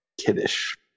kiddish